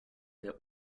der